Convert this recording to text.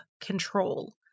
control